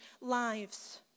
lives